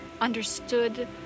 understood